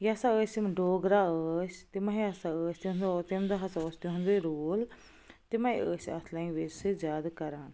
یہِ ہَسا ٲسۍ یِمن ڈوگرا ٲسۍ تِمَے ٲسۍ تَمہِ دۄہ ہَسا اوس تِہُندٕے روٗل تِمَے ٲسۍ اَتھ لینٛگویج سۭتۍ زیادٕ کَران